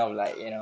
a'ah